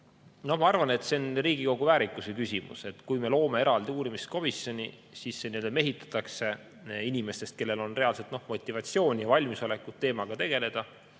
Ma arvan, et see on Riigikogu väärikuse küsimus. Kui me loome eraldi uurimiskomisjoni, siis see mehitatakse inimestest, kellel on reaalselt motivatsiooni ja valmisolekut teemaga tegeleda